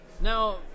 Now—